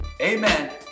amen